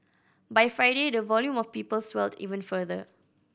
by Friday the volume of people swelled even further